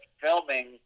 filming